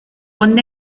con